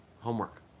homework